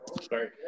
Sorry